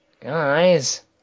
Guys